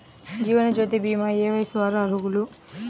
జీవనజ్యోతి భీమా ఏ వయస్సు వారు అర్హులు?